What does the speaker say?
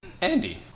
Andy